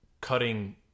cutting